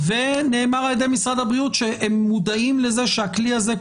ונאמר על ידי משרד הבריאות שהם מודעים לכך שכל